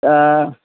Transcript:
হ্যাঁ